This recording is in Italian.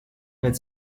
nel